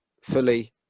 fully